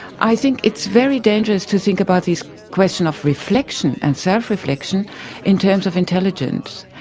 i think it's very dangerous to think about this question of reflection and self-reflection in terms of intelligence.